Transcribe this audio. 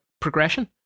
progression